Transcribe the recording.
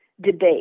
debate